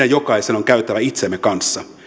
jokaisen on käytävä itsemme kanssa